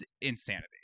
insanity